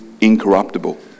incorruptible